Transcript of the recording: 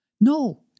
No